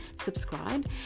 subscribe